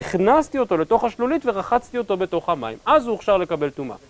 הכנסתי אותו לתוך השלולית ורחצתי אותו בתוך המים, אז הוא הוכשר לקבל טומאה.